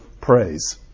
praise